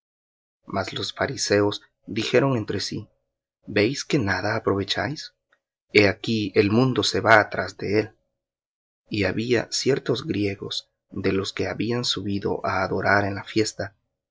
mas los fariseos dijeron entre sí veis que nada aprovecháis he aquí el mundo se va tras de él y había ciertos griegos de los que habían subido á adorar en la fiesta